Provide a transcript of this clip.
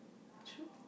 true